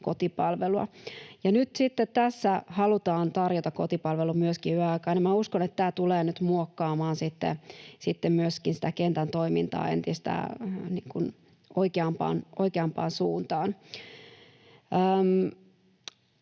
kotipalvelua. Nyt sitten tässä halutaan tarjota kotipalvelu myöskin yöaikaan, ja minä uskon, että tämä tulee nyt muokkaamaan sitten myöskin sitä kentän toimintaa entistä oikeampaan suuntaan.